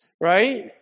right